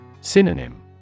Synonym